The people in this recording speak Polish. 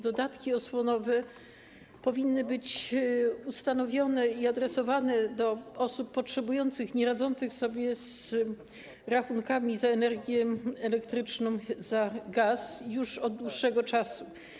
Dodatki osłonowe powinny być ustanowione i adresowane do osób potrzebujących, nieradzących sobie z rachunkami za energię elektryczną, za gaz już od dłuższego czasu.